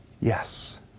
Yes